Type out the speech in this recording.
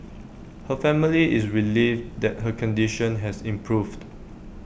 her family is relieved that her condition has improved